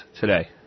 today